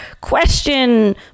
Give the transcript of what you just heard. question